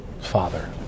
father